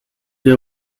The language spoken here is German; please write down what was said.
der